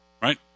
Right